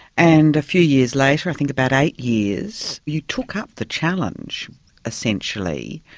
and a few years later, i think about eight years, you took up the challenge essentially